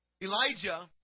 Elijah